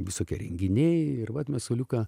visokie renginiai ir vat mes su liuka